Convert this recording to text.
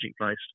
place